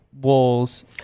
walls